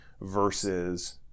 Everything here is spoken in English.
versus